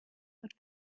but